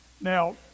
Now